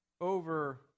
over